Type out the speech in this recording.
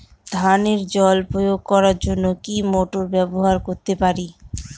ধানে জল প্রয়োগ করার জন্য কি মোটর ব্যবহার করতে পারি?